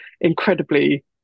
incredibly